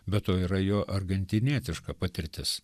be to yra jo argentinietiška patirtis